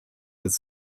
des